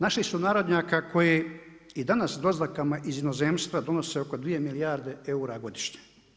Naših sunarodnjaka koji i danas doznakama iz inozemstva donose oko 2 milijarde godišnje.